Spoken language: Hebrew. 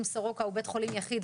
אם סורוקה או בית חולים יחיד,